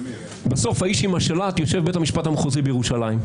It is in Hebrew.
בסוף האיש עם השלט יושב בבית המשפט המחוזי בירושלים,